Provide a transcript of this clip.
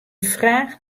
fraach